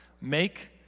make